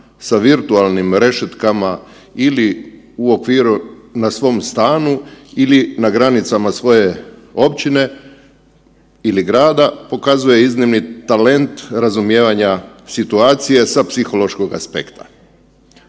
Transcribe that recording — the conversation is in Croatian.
sa virtualnim rešetkama ili u okviru na svom stanu ili na granicama svoje općine ili grada, pokazuje iznimni talent razumijevanja situacije sa psihološkog aspekta.